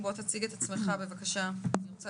אני רוצה